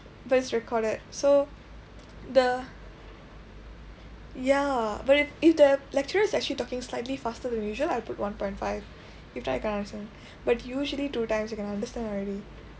but is recorded so the ya but if if the lecturers actually talking slightly faster than usual I put one point five if not I cannot understand but usually two times you can understand already